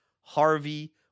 Harvey